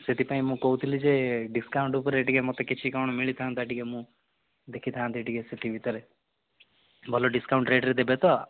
ସେଥିପାଇଁ ମୁଁ କହୁଥିଲି ଯେ ଡିସ୍କାଉଣ୍ଟ୍ ଉପରେ ଟିକିଏ ମୋତେ କିଛି କ'ଣ ମିଳିଥାନ୍ତା ଟିକିଏ ମୁଁ ଦେଖିଥାନ୍ତି ଟିକିଏ ସେତିକି ଭିତରେ ଭଲ ଡିସ୍କାଉଣ୍ଟ୍ ରେଟ୍ରେ ଦେବେ ତ